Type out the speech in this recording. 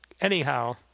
Anyhow